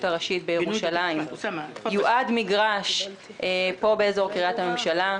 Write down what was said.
הראשית בירושלים יועד מגרש באזור קריית הממשלה.